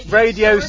radio